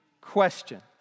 question